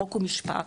חוק ומשפט,